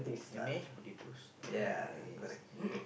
and mash potatoes ice